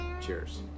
cheers